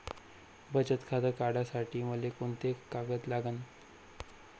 बचत खातं काढासाठी मले कोंते कागद लागन?